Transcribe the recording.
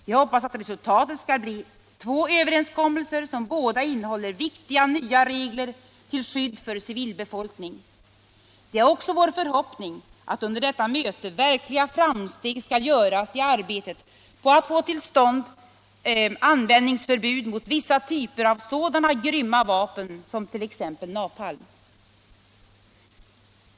Vi hoppas att resultatet skall bli två överenskommelser, som båda innehåller viktiga nya regler till skydd för civilbefolkning. Det är också vår förhoppning att under detta möte verkliga framsteg skall göras i arbetet på att få till stånd användningsförbud mot vissa typer av sådana grymma vapen som t.ex. napalm.